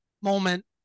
moment